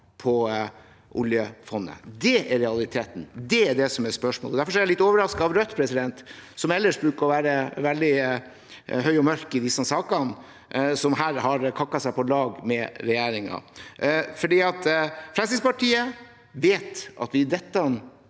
til oljefondet. Det er realiteten, det er det som er spørsmålet. Derfor er jeg litt overrasket over Rødt, som ellers bruker å være veldig høy og mørk i disse sakene, men som her har kakket seg på lag med regjeringen. Fremskrittspartiet